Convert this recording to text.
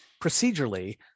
procedurally